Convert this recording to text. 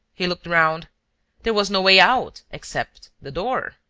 he looked round there was no way out except the door.